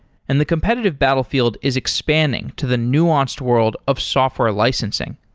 and the competitive battlefield is expanding to the nuanced world of software licensing.